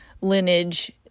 lineage